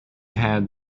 had